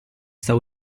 sta